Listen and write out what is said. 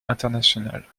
international